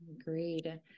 agreed